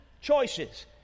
choices